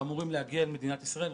ואמורים להגיע אל מדינת ישראל,